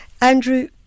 Andrew